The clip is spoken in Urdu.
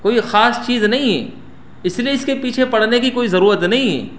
کوئی خاص چیز نہیں ہے اس لیے اس کے پیچھے پڑنے کی کوئی ضرورت نہیں ہے